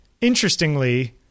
interestingly